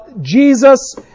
Jesus